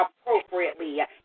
appropriately